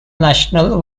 national